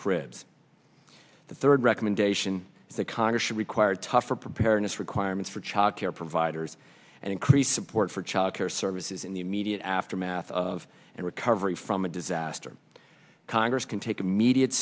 cribs the third recommendation is that congress should require tougher preparedness requirements for child care providers and increased support for child care services in the immediate aftermath of and covering from a disaster congress can take immediate